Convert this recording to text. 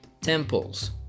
temples